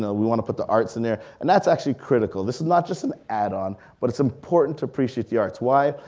we wanna put the arts in there, and that's actually critical. this is not just an add on, but it's important to appreciates the arts, why?